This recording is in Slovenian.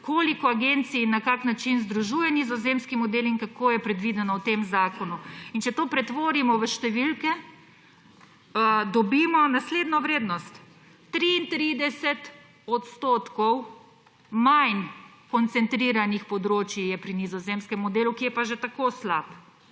koliko agencij in na kak način združuje nizozemski model in kako je predvideno v tem zakonu. Če to pretvorimo v številke, dobimo naslednjo vrednost: 33 % manj koncentriranih področij je pri nizozemskem modelu, ki je pa že tako slab